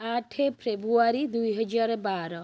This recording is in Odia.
ଆଠେ ଫେବୃୟାରୀ ଦୁଇ ହଜାର ବାର